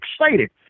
excited